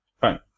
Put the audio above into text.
Fine